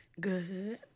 Good